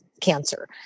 cancer